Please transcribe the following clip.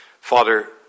Father